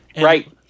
Right